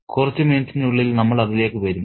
കുറച്ച് മിനിറ്റിനുള്ളിൽ നമ്മൾ അതിലേക്ക് വരും